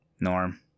Norm